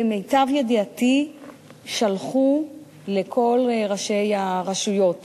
למיטב ידיעתי שלחו לכל ראשי הרשויות